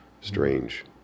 strange